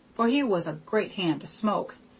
for he was a great hand to smoke,